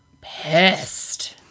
pissed